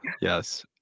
yes